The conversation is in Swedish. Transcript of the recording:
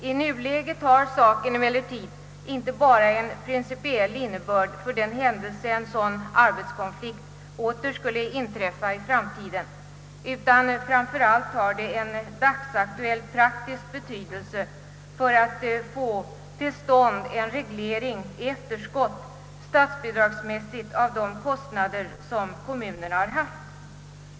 I nuläget har emellertid saken inte bara en principiell innebörd, för den händelse en sådan här konflikt i framtiden åter skulle inträda, utan den har framför allt en dagsaktuell praktisk betydelse, nämligen när det gäller att i efterskott genom statsbidrag få till stånd en reglering av de kostnader, som kommunerna haft.